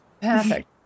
Perfect